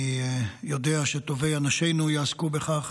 אני יודע שטובי אנשינו יעסקו בכך.